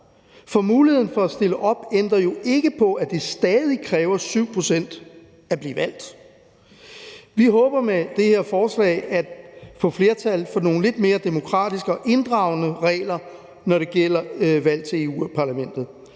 for? Muligheden for at stille op ændrer jo ikke på, at det stadig kræver 7 pct. at blive valgt. Vi håber med det her forslag at få flertal for nogle lidt mere demokratiske og inddragende regler, når det gælder valg til Europa-Parlamentet,